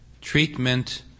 treatment